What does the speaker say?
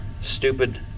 stupid